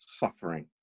suffering